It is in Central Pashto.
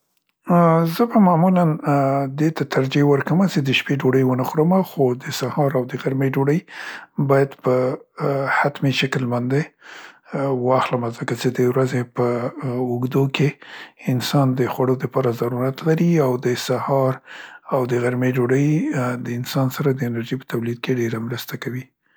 ا، زه به معمولاً دې ته ترجې ورکمه چې د شپې ډوډۍ ونه خورمه خو د سهار او د غرمې ډوډۍ باید په ا، حتمي شکل باندې واخلمه ځکه څې د ورځې په، ا، اوږدو کې انسان د خوړو دپاره ضرورت لري او د سهار او د غرمې ډوډۍ د انسان سره د انرژي په تولید کې ډيره مرسته کوي.